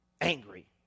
angry